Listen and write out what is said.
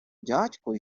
дядько